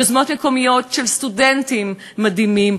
יוזמות מקומיות של סטודנטים מדהימים.